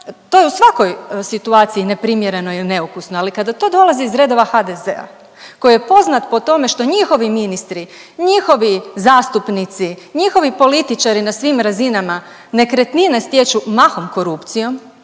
to je u svakoj situaciji neprimjereno i neukusno, ali kada to dolazi iz redova HDZ-a koji je poznat po tome što njihovi ministri, njihovi zastupnici, njihovi političari na svim razinama nekretnine stječu mahom korupcijom,